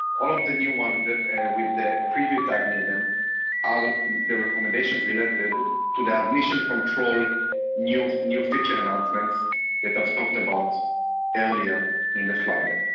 all of the new one with the preview tag near them are the recommendations related to the admission control new new feature announcements that i've talked about earlier in the slide deck.